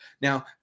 Now